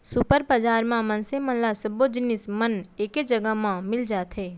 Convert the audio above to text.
super बजार म मनसे मन ल सब्बो जिनिस मन ह एके जघा म मिल जाथे